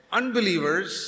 unbelievers